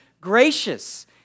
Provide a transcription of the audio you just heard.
gracious